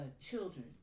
children